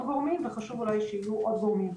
גורמים וחשוב אולי שיהיו עוד גורמים.